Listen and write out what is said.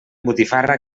botifarra